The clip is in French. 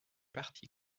parti